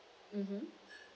mmhmm